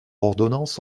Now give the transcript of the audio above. ordonnance